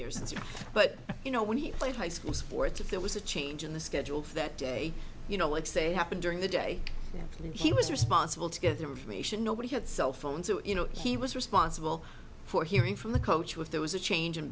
year but you know when he played high school sports if there was a change in the schedule for that day you know what to say happened during the day when he was responsible to get the information nobody had cell phones so you know he was responsible for hearing from the coach was there was a change in